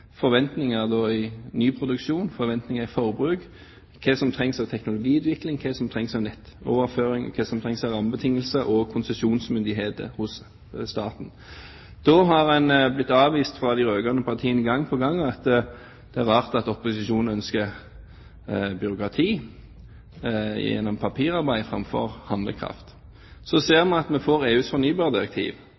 ny produksjon, forventninger til forbruk, hva som trengs av teknologiutvikling, hva som trengs av nettoverføringer, og hva som trengs av rammebetingelser og konsesjonsmyndigheter hos staten. Da har en blitt avvist av de rød-grønne partiene gang på gang med at det er rart at opposisjonen ønsker byråkrati gjennom papirarbeid framfor handlekraft. Så får vi